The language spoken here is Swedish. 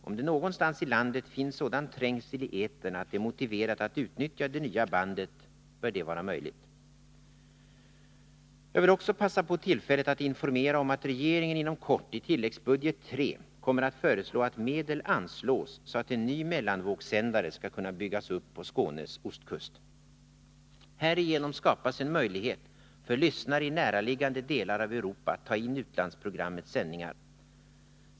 Om det någonstans i landet finns sådan trängsel i etern att det är motiverat att utnyttja det nya bandet, bör detta vara möjligt. Jag vill också passa på tillfället att informera om att regeringen inom kort i tilläggsbudget III kommer att föreslå att medel anslås, så att en ny mellanvågssändare skall kunna byggas upp på Skånes ostkust. Härigenom skapas en möjlighet för lyssnare i näraliggande delar av Europa att ta in utlandsprogrammets sändningar.